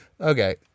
Okay